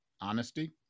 honesty